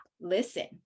listen